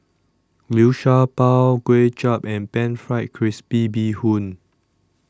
Liu Sha Bao Kuay Chap and Pan Fried Crispy Bee Hoon